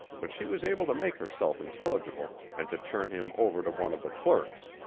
but she was able to make herself intelligible and to turn him over to one of the clerks,